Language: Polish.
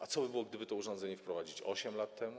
A co by było, gdyby to urządzenie wprowadzono 8 lat temu?